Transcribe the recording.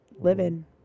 living